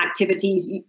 activities